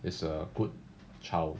is a good child